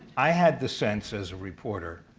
i had the sense as a reporter